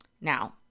Now